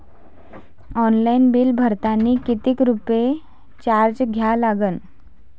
Online bill भरतानी कितीक रुपये चार्ज द्या लागन?